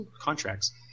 contracts